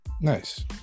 Nice